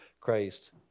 Christ